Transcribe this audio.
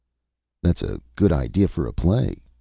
that's a good idea for a play,